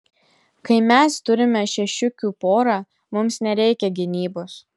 kai mes turime šešiukių porą mums nereikia gynybos